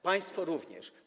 Państwo również.